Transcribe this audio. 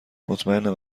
مطمئنم